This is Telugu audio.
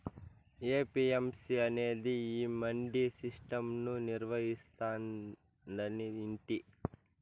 ఏ.పీ.ఎం.సీ అనేది ఈ మండీ సిస్టం ను నిర్వహిస్తాందని వింటి